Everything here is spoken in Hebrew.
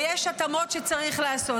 ויש התאמות שצריך לעשות.